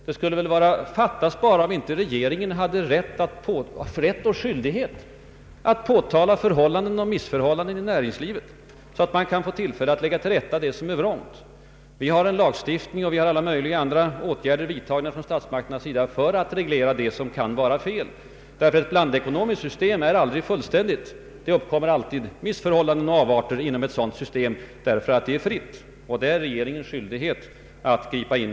Det skulle bara fattas, om inte regeringen hade både rätt och skyldighet att påtala missförhållanden inom näringslivet så att det som är vrångt kan rättas till. Med lagstiftning och andra statliga åtgärder kan statsmakterna ingripa mot det som är fel. Ett blandekonomiskt system är aldrig fullkomligt; det uppkommer alltid missförhållanden och avarter i ett sådant system just därför att det är fritt. Då är det regeringens skyldighet att gripa in.